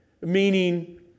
meaning